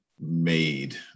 made